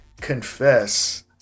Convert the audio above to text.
confess